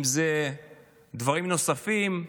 אם זה דברים נוספים.